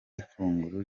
ifunguro